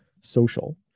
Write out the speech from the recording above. social